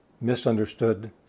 misunderstood